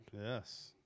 Yes